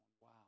wow